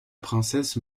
princesse